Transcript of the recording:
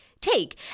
take